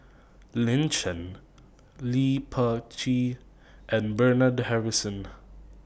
Lin Chen Lee Peh Gee and Bernard Harrison